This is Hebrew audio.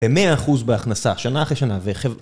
100% בהכנסה, שנה אחרי שנה, וחבר'ה...